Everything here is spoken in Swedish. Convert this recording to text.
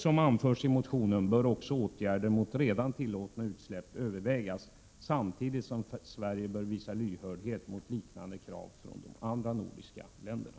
Som anförs i motionen bör också åtgärder mot redan tillåtna utsläpp övervägas samtidigt som Sverige bör visa lyhördhet mot liknande krav från de andra nordiska länderna.